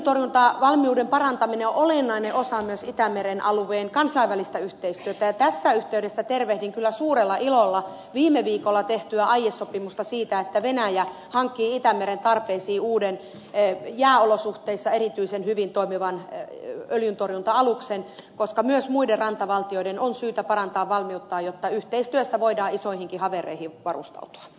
öljyntorjuntavalmiuden parantaminen on olennainen osa myös itämeren alueen kansainvälistä yhteistyötä ja tässä yhteydessä tervehdin kyllä suurella ilolla viime viikolla tehtyä aiesopimusta siitä että venäjä hankkii itämeren tarpeisiin uuden jääolosuhteissa erityisen hyvin toimivan öljyntorjunta aluksen koska myös muiden rantavaltioiden on syytä parantaa valmiuttaan jotta yhteistyössä voidaan isoihinkin havereihin varustautua